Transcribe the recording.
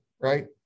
right